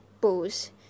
pose